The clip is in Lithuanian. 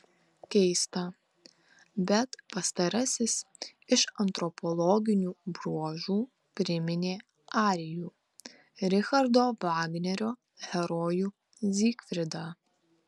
keista bet pastarasis iš antropologinių bruožų priminė arijų richardo vagnerio herojų zygfridą